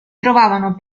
trovavano